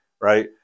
right